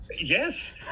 yes